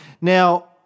Now